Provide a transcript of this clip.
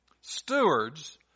stewards